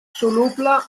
soluble